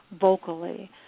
vocally